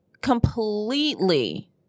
completely